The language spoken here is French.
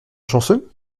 chanceux